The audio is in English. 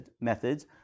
methods